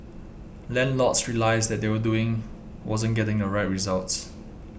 landlords realised that what they were doing wasn't getting the right results